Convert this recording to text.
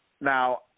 Now